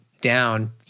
down